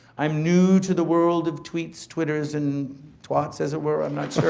i'm new to the world of tweets, twitters and twats, as it were. i'm not